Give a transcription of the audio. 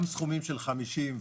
גם סכומים של 50,